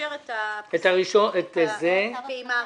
מאשר את הפעימה הראשונה.